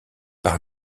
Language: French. par